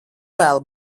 vēl